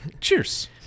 Cheers